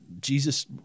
Jesus